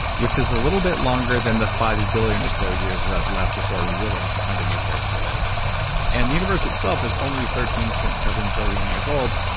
which is a little bit longer than the five billion or so years it has left before we really have to find a new place to live and the universe itself is only thirteen point seven billion years old.